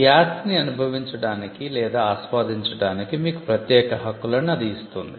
ఈ ఆస్తిని అనుభవించడానికి లేదా ఆస్వాదించడానికి మీకు ప్రత్యేక హక్కులను అది ఇస్తుంది